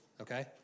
Okay